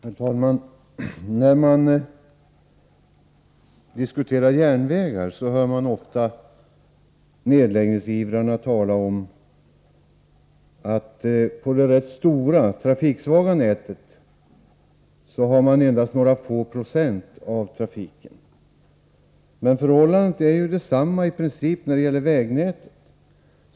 Herr talman! När man diskuterar järnvägar hör man ofta nedläggningsivrarna tala om att endast några få procent av trafiken sker på det rätt stora, trafiksvaga nätet. Men förhållandet är i princip detsamma när det gäller vägnätet.